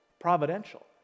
providential